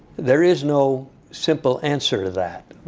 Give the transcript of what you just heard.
there is no simple answer to that.